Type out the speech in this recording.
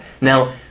Now